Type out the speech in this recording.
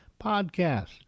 Podcast